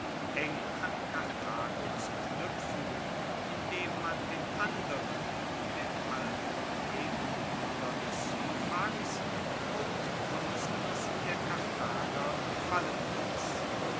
eng an karthago zu knuepfen indem man den anderen den alten nebenbuhler des syphax und bundesgenossen der karthager fallen